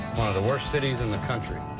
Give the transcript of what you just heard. the worst cities in the country.